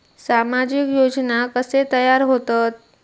सामाजिक योजना कसे तयार होतत?